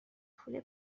پول